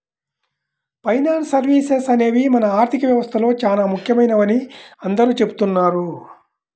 finance services అనేవి మన ఆర్థిక వ్యవస్థలో చానా ముఖ్యమైనవని అందరూ చెబుతున్నారు